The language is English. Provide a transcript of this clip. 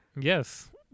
yes